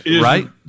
right